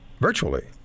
virtually